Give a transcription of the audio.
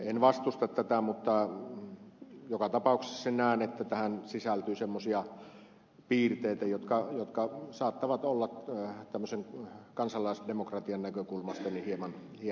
en vastusta tätä mutta joka tapauksessa näen että tähän sisältyy semmoisia piirteitä jotka saattavat olla kansalaisdemokratian näkökulmasta hieman ja